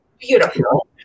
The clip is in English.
beautiful